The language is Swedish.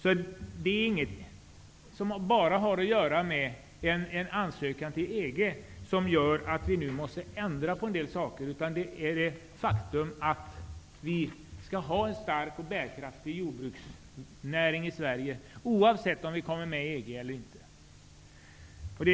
Att vi nu måste ändra på en del saker har alltså inte bara att göra med vår medlemsansökan till EG, utan också med att vi skall ha en stark och bärkraftig jordbruksnäring i Sverige oavsett om vi kommer med i EG eller inte.